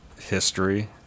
history